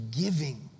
giving